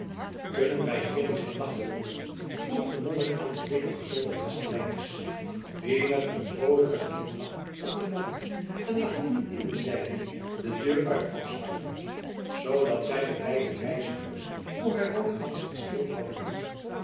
kunnen wij hier vernachten moeder vroeg de monnik aan de dikke gezonde kasteleines die met een vroolijken glimlach op den mond en de handen in de zijden de deur uit kwam scharrelen zoodra zij de beide reizigers voor haar woning had zien stilhouden